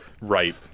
Right